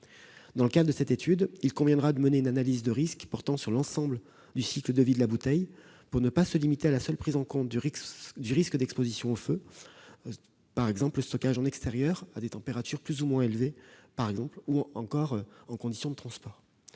Dans ce cadre, il conviendra de mener une analyse de risques portant sur l'ensemble du cycle de vie de la bouteille, pour ne pas se limiter à la seule prise en compte du risque d'exposition au feu. Je pense par exemple au stockage en extérieur à des températures plus ou moins élevées ou encore aux conditions de transport.